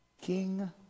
King